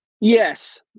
yes